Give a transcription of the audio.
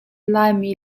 laimi